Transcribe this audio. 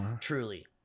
Truly